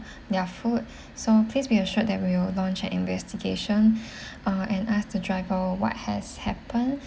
their food so please be assured that we will launch an investigation uh and ask the driver what has happened